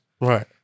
Right